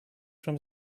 from